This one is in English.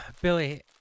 Billy